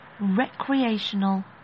recreational